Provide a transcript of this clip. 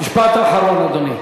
משפט אחרון, אדוני.